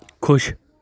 ਖੁਸ਼